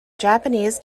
japanese